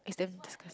it's damn disgusting